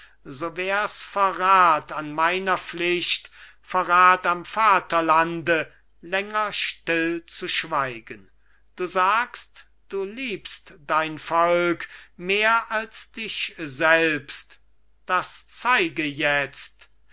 so wär's verrat an meiner pflicht verrat am vaterlande länger still zu schweigen du sagst du liebst dein volk mehr als dich selbst das zeige jetzt